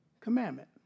Commandment